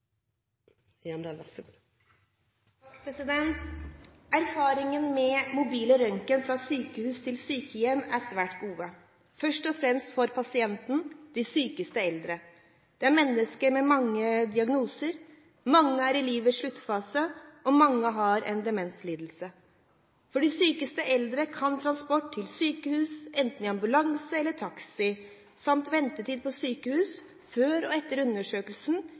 fordi så mye av virkemidlene og engasjementet ligger nettopp på det feltet. Da er sak nr. 7 ferdigbehandlet. Erfaringene med mobil røntgen fra sykehus til sykehjem er svært gode, først og fremst for pasientene, de sykeste eldre. Det er mennesker med mange diagnoser, mange er i livets sluttfase, og mange har en demenslidelse. For de sykeste eldre kan transport til sykehus, enten i ambulanse eller taxi, samt ventetid på